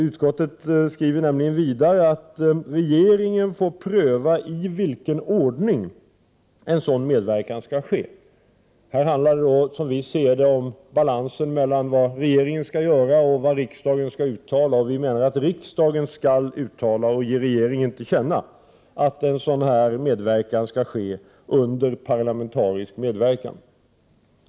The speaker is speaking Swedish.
Utskottet skriver nämligen vidare: ”Det får dock ankomma på regeringen att pröva i vilken ordning sådan medverkan skall komma till stånd.” Som vi ser det handlar det om balansen mellan vad regeringen skall göra och vad riksdagen skall uttala. Vi menar att riksdagen skall uttala och ge regeringen till känna att en sådan medverkan skall ske under parlamentarisk medverkan.